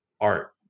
art